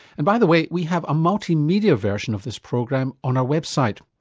and by the way we have a multi media version of this program on our website.